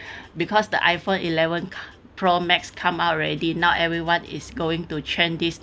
because the iphone eleventh pro max come out already not everyone is going to change this